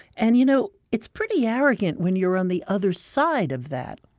and you know it's pretty arrogant when you're on the other side of that